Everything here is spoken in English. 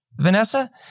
Vanessa